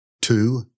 Two